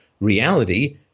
reality